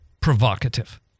provocative